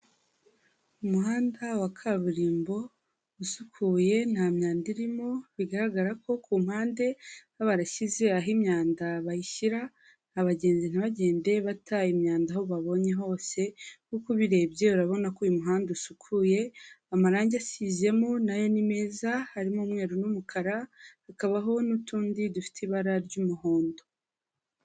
Umuhanda wa kaburimbo usukuye nta myanda irimo, bigaragara ko ku mpande baba barashyize aho imyanda bayishyira, abagenzi ntibagende bataye imyanda aho babonye hose kuko ubirebye urabona ko uyu muhanda usukuye, amarangi asizemo na yo ni meza harimo umweru n'umukara, hakabaho n'utundi dufite ibara ry'umuhondo.